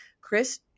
Chris